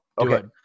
Okay